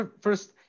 First